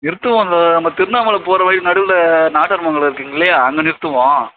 நிறுத்துவாங்க நம்ம திருவண்ணாமலை போகிற வழி நடுவில் நாடார் மங்கலம் இருக்குங்கில்லயா அங்கே நிறுத்துவோம்